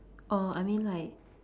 err I mean like